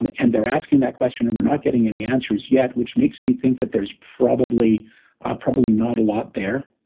and and they're asking that question and we're not getting any answers yet, which makes me think that there's probably ah probably not a lot there